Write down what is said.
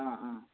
অ